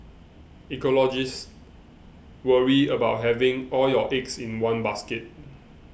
ecologists worry about having all your eggs in one basket